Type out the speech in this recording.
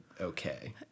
okay